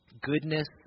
goodness